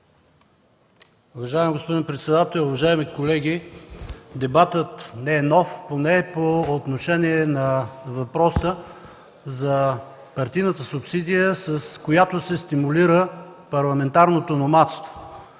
Уважаеми господин председател, уважаеми колеги! Дебатът не е нов поне по отношение на въпроса за партийната субсидия, с която се стимулира парламентарното номадство